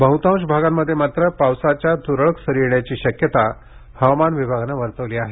बहुतांश भागांमध्ये मात्र पावसाच्या तुरळक सरी येण्याची शक्यता हवामान विभागानं वर्तवली आहे